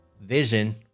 vision